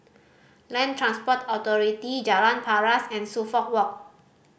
Land Transport Authority Jalan Paras and Suffolk Walk